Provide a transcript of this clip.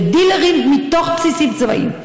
ודילרים מתוך בסיסים צבאיים,